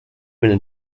been